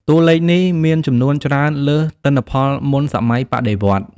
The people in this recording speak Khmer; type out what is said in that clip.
តួលេខនេះមានចំនួនច្រើនលើសទិន្នផលមុនសម័យបដិវត្តន៍។